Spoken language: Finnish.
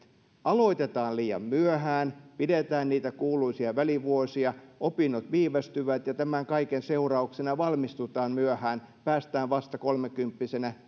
aloitetaan liian myöhään pidetään niitä kuuluisia välivuosia opinnot viivästyvät ja tämän kaiken seurauksena valmistutaan myöhään päästään vasta kolmekymppisenä